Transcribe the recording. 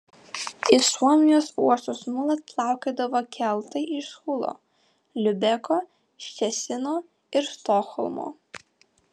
į suomijos uostus nuolat plaukiodavo keltai iš hulo liubeko ščecino ir stokholmo